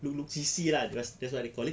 look look see see lah that's what they called it